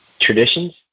traditions